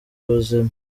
ubuzima